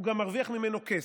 הוא גם מרוויח ממנו כסף,